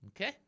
Okay